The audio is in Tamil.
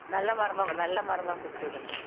நல்ல மரமாக கொண் நல்ல மரமாக கொடுத்து விடுங்கள் சார்